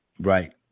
Right